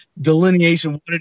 delineation